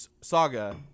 saga